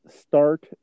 start